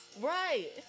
Right